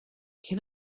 can